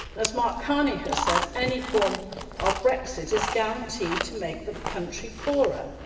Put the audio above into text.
as mark carney has said, any form of brexit is guaranteed to make the country poorer.